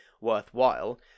worthwhile